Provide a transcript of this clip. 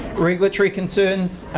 regulatory concerns